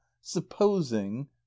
supposing